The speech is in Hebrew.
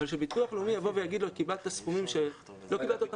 אבל כאשר ביטוח לאומי יבוא ויגיד לו שהוא קיבל סכומים שלא מגיעים לו,